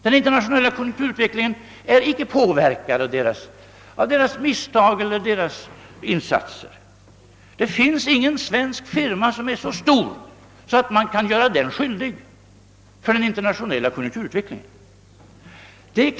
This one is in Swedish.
Denna är inte påverkbar vare sig av en enskild firmas positiva insatser eller dess misstag. Det finns ingen svensk firma som är så stor, att man kan göra den ansvarig för den internationella konjunkturutvecklingen.